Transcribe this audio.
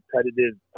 competitive